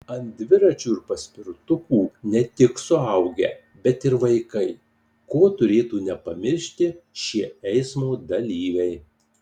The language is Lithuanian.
ant dviračių ir paspirtukų ne tik suaugę bet ir vaikai ko turėtų nepamiršti šie eismo dalyviai